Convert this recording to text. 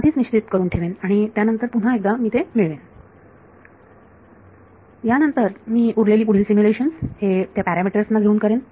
आधीच निश्चित करून ठेवेन आणि त्यानंतर पुन्हा एकदा मी ते मिळवेन त्यानंतर मी उरलेली पुढील सिमुलेशन्स हे त्या पॅरामीटर्स ना घेऊन करेन